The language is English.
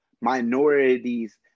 minorities